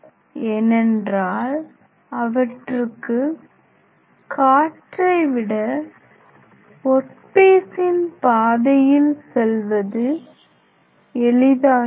ஏனென்றால் அவற்றுக்கு காற்றை விட ஒர்க் பீசின் பாதையில் செல்வது எளிதாகிறது